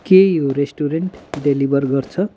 के यो restaurant deliver गर्छ